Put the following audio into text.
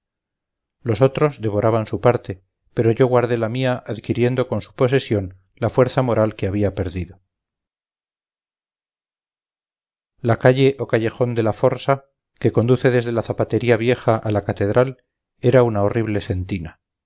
los otros devoraban su parte pero yo guardé la mía adquiriendo con su posesión la fuerza moral que había perdido la calle o callejón de la forsa que conduce desde la zapatería vieja a la catedral era una horrible sentina